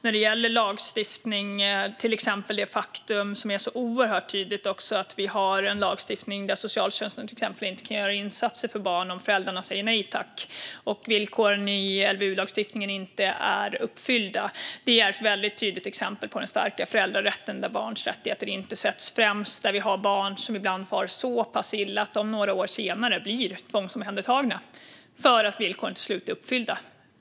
När det gäller lagstiftning är det ett oerhört tydligt faktum att vi har en lagstiftning där socialtjänsten till exempel inte kan göra insatser för barn om föräldrarna säger nej tack och villkoren i LVU-lagstiftningen inte är uppfyllda. Det är ett väldigt tydligt exempel på den starka föräldrarätten, där barns rättigheter inte sätts främst. Vi har barn som far så pass illa att de ibland blir tvångsomhändertagna några år senare för att villkoren till slut är uppfyllda.